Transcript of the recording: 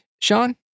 Sean